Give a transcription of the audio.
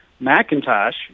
Macintosh